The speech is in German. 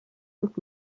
und